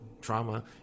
trauma